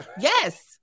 Yes